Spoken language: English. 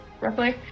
Roughly